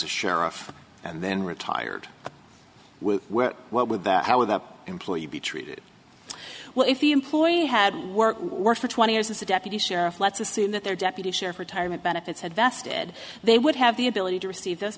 a sheriff and then retired what with that how would the employee be treated well if the employee had worked work for twenty years as a deputy sheriff let's assume that their deputy sheriff retirement benefits had vested they would have the ability to receive those